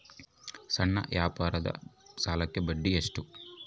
ಸಣ್ಣ ವ್ಯಾಪಾರದ ಸಾಲಕ್ಕೆ ಬಡ್ಡಿ ಎಷ್ಟು?